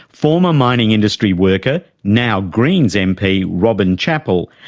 former mining industry worker, now greens mp robin chapple,